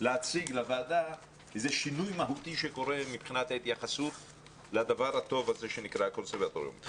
להציג לוועדה איזה שינוי מהותי שקורה לדבר הטוב הזה שנקרא קונסרבטוריון.